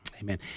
Amen